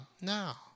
now